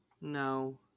No